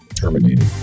terminated